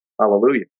Hallelujah